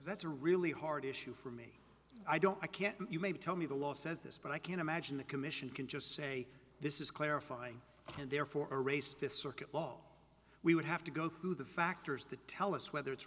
that's a really hard issue for me i don't i can't you maybe tell me the law says this but i can't imagine the commission can just say this is clarifying and therefore a racist circuit we would have to go through the factors that tell us whether it's